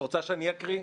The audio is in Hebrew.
את רוצה שאני אקריא?